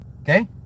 okay